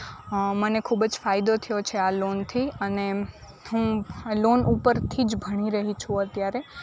હા મને ખૂબ જ ફાયદો થયો છે આ લોનથી અને હું લોન ઉપરથી જ ભણી રહી છું અત્યારે